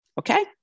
Okay